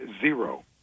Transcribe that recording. zero